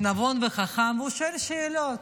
נבון וחכם, והוא שואל שאלות.